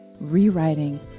rewriting